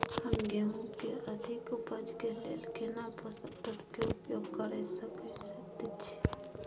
हम गेहूं के अधिक उपज के लेल केना पोषक तत्व के उपयोग करय सकेत छी?